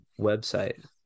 website